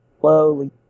slowly